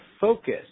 focus